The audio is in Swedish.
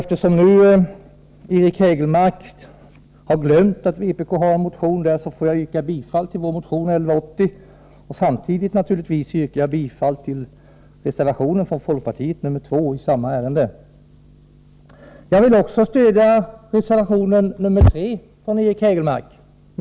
Eftersom Eric Hägelmark har glömt att vpk har en motion i ämnet får jag själv yrka bifall till vår motion 1180 och samtidigt yrkar jag naturligtvis bifall till reservationen från folkpartiet, nr 2,isamma ärende. Jag vill också stödja reservation nr3 från Eric Hägelmark.